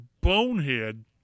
bonehead